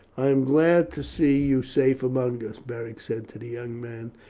i am glad to see you safe among us, beric said to the young man.